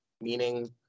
meaning